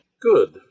Good